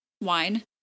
wine